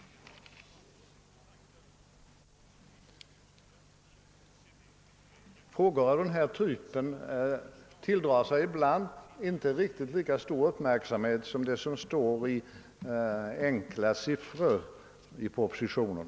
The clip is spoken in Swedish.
Frågor av den typ jag berört tilldrar sig ibland inte riktigt lika stor uppmärksamhet som de som i propositionen uttrycks med enkla siffror.